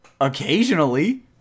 Occasionally